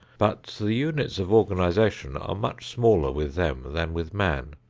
but the units of organization are much smaller with them than with man,